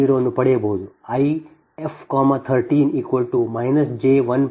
0 ಅನ್ನು ಪಡೆಯಬಹುದು I f 13 j1